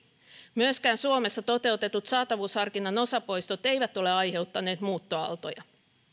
myöskään suomessa toteutetut saatavuusharkinnan osapoistot eivät ole aiheuttaneet muuttoaaltoja